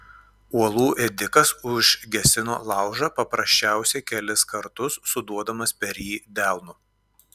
uolų ėdikas užgesino laužą paprasčiausiai kelis kartus suduodamas per jį delnu